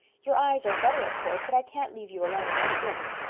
your eyes are better, of course but i can't leave you alone with the twins.